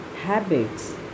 habits